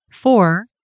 Four